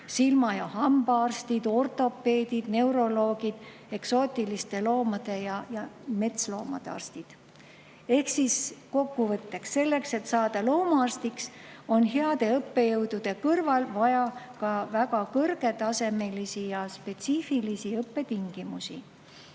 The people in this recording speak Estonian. silma‑ ja hambaarstid, ortopeedid, neuroloogid, eksootiliste loomade ja metsloomade arstid. Ehk siis kokkuvõtteks: selleks, et saada loomaarstiks, on heade õppejõudude kõrval vaja väga kõrgetasemelisi ja spetsiifilisi õppetingimusi.